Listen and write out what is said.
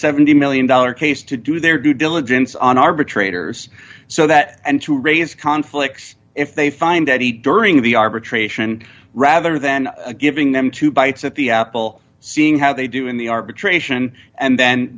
seventy million dollars case to do their due diligence on arbitrators so that and to raise conflicts if they find any during the arbitration rather then giving them two bites at the apple seeing how they do in the arbitration and then